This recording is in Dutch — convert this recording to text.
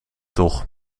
toch